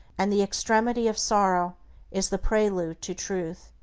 and the extremity of sorrow is the prelude to truth.